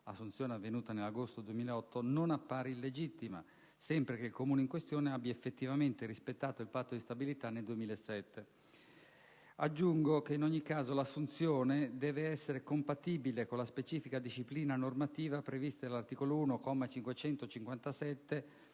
con l'interrogazione non appare illegittima, sempre che il Comune in questione abbia effettivamente rispettato il patto di stabilità nel 2007. Aggiungo che, in ogni caso, l'assunzione deve essere compatibile con la specifica disciplina normativa prevista dall'articolo 1,